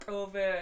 over